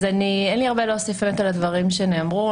אז אין לי הרבה להוסיף על הדברים שנאמרו,